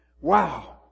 wow